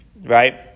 right